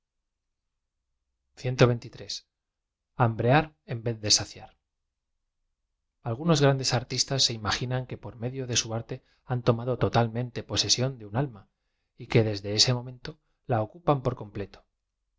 hambrear en vez de aeiar algunos grandes artistas se im aginaa que por me dio de su arte han tomado totalmente posesión de un alma y que desde ese momento la ocupan por com